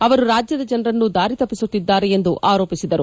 ಅವರು ರಾಜ್ಯದ ಜನರನ್ನು ದಾರಿತಪ್ಪಿಸುತ್ತಿದ್ದಾರೆ ಎಂದು ಆರೋಪಿಸಿದರು